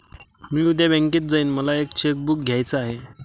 मी उद्या बँकेत जाईन मला एक चेक बुक घ्यायच आहे